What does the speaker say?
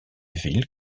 villes